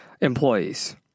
employees